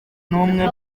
n’umwe